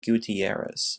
gutierrez